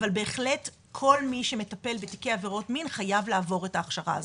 אבל בהחלט כל מי שמטפל בתיקי עבירות מין חייב לעבור את ההכשרה הזאת.